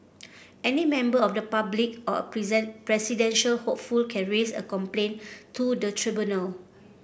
any member of the public or a presidential hopeful can raise a complaint to the tribunal